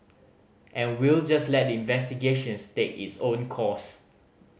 and we'll just let the investigations take its own course